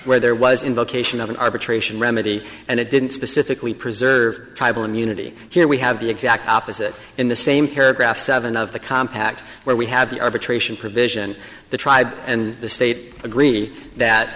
where there was in vocation of an arbitration remedy and it didn't specifically preserve tribal immunity here we have the exact opposite in the same paragraph seven of the compact where we have an arbitration provision the tribe and the state agree that